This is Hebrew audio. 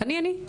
אני אני.